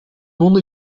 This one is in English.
only